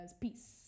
Peace